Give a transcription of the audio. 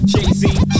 Jay-Z